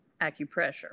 acupressure